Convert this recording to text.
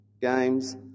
games